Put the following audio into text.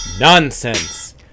Nonsense